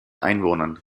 einwohnern